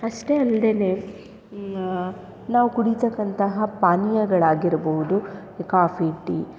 ಅಷ್ಟೇ ಅಲ್ಲದೇನೇ ನಾವು ಕುಡಿತಕ್ಕಂತಹ ಪಾನೀಯಗಳಾಗಿರ್ಬೌದು ಕಾಫಿ ಟೀ